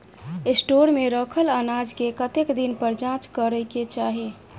Store मे रखल अनाज केँ कतेक दिन पर जाँच करै केँ चाहि?